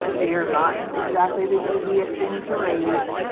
they are not exactly the easiest thing to raise.